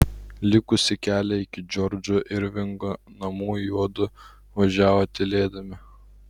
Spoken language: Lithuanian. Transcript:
likusį kelią iki džordžo irvingo namų juodu važiavo tylėdami